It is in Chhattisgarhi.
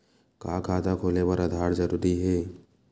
का खाता खोले बर आधार जरूरी हे?